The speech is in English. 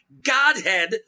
Godhead